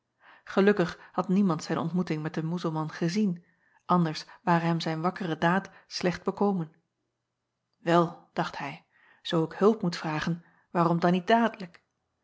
elukkig had niemand zijn ontmoeting met den uzelman gezien anders ware hem zijn wakkere daad slecht bekomen el dacht hij zoo ik hulp moet vragen waarom dan niet dadelijk